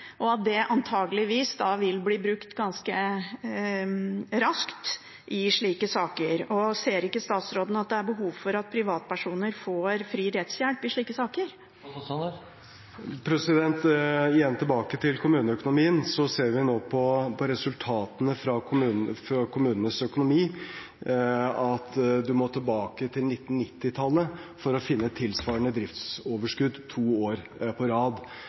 og at den loven antakeligvis vil bli brukt ganske raskt i slike saker. Ser ikke statsråden at det er behov for at privatpersoner får fri rettshjelp i slike saker? Igjen tilbake til kommuneøkonomien: Vi ser nå av resultatene for kommunenes økonomi at man må tilbake til 1990-tallet for å finne tilsvarende driftsoverskudd to år på rad.